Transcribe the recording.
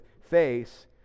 face